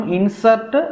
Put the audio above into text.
Insert